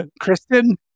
Kristen